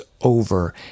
over